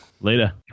later